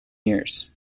years